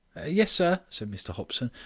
yes, sir, said mr hopson,